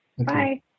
Bye